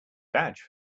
badge